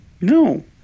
No